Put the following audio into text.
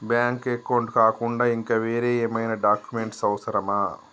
Bank account కాకుండా ఇంకా వేరే ఏమైనా డాక్యుమెంట్స్ అవసరమా?